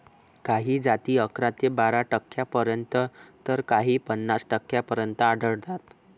काही जाती अकरा ते बारा टक्क्यांपर्यंत तर काही पन्नास टक्क्यांपर्यंत आढळतात